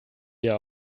hier